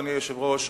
אדוני היושב-ראש,